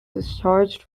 discharged